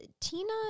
Tina